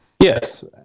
Yes